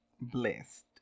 blessed